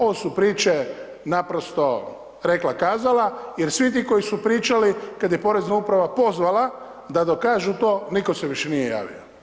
Ovo su priče naprosto rekla-kazala, jer svi ti koji su pričali kad je porezna uprava pozvala da dokažu to, nitko se više nije javio.